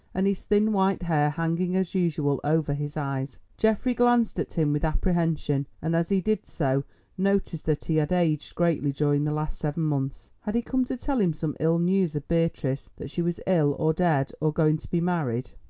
and his thin white hair hanging, as usual, over his eyes. geoffrey glanced at him with apprehension, and as he did so noticed that he had aged greatly during the last seven months. had he come to tell him some ill news of beatrice that she was ill, or dead, or going to be married?